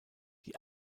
die